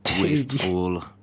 wasteful